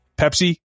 Pepsi